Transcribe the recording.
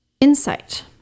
insight